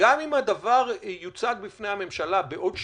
שגם אם הדבר יוצג בפני הממשלה בעוד שבוע,